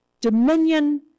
dominion